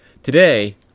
Today